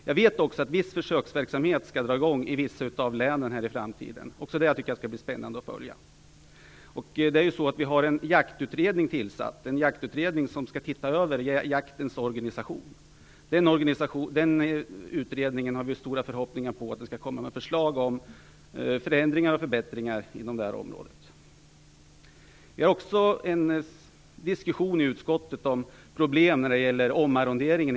Jag vet också att viss försöksverksamhet skall startas i några län i framtiden. Också detta tycker jag skall bli spännande att följa. En jaktutredning som skall se över jaktens organisation är tillsatt. Vi har stora förhoppningar om att den utredningen skall komma med förslag till förändringar och förbättringar inom detta område. Det har förts en diskussion i utskottet om problem i vissa län när det gäller omarronderingen.